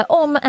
om